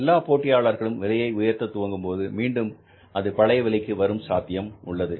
எல்லா போட்டியாளர்களும் விலையை உயர்த்த துவங்கும்போது மீண்டும் அது பழைய விலைக்கு வரும் சாத்தியம் உள்ளது